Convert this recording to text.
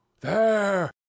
There